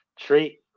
Three